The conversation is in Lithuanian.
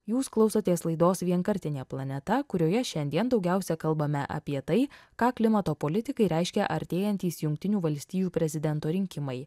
jūs klausotės laidos vienkartinė planeta kurioje šiandien daugiausia kalbame apie tai ką klimato politikai reiškia artėjantys jungtinių valstijų prezidento rinkimai